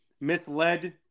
misled